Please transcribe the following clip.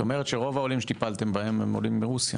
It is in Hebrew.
כלומר רוב העולים שטיפלתם בהם הם מרוסיה.